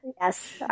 Yes